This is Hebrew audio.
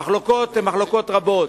המחלוקות הן מחלוקות רבות.